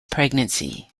pregnancy